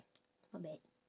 not bad